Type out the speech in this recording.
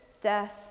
death